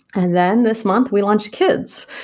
and then this month, we launched kids.